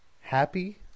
Happy